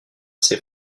ses